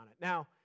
Now